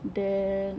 then